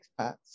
expats